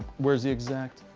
where is the exact